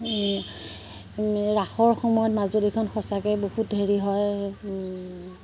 ৰাসৰ সময়ত মাজুলীখন সঁচাকৈ বহুত হেৰি হয়